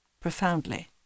profoundly